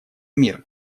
мир